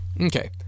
okay